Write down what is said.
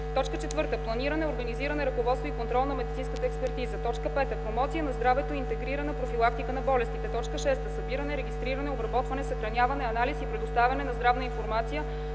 заведения; 4. планиране, организиране, ръководство и контрол на медицинската експертиза; 5. промоция на здравето и интегрирана профилактика на болестите; 6. събиране, регистриране, обработване, съхраняване, анализ и предоставяне на здравна информация